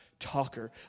talker